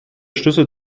schlüssel